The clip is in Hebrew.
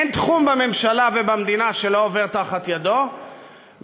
אין תחום בממשלה ובמדינה שלא עובר תחת ידו ואין